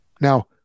Now